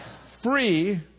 free